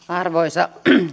arvoisa